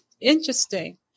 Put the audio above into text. Interesting